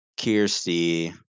Kirsty